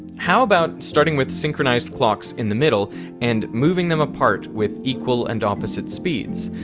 how about starting with synchronized clocks in the middle and moving them apart with equal and opposite speeds?